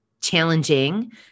challenging